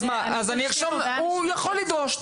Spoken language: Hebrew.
אז אני ארשום שהוא יכול לדרוש.